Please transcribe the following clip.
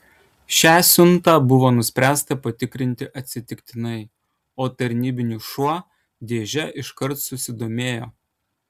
šią siuntą buvo nuspręsta patikrinti atsitiktinai o tarnybinis šuo dėže iškart susidomėjo